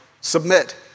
submit